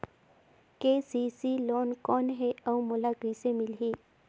KCC loan कौन हे अउ मोला कइसे मिलही?